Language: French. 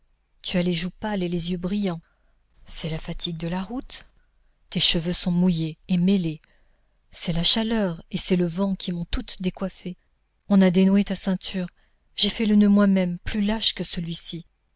tu as les joues pâles et les yeux brillants c'est la fatigue de la route tes cheveux sont mouillés et mêlés c'est la chaleur et c'est le vent qui m'ont toute décoiffée on a dénoué ta ceinture j'avais fait le noeud moi-même plus lâche que celui-ci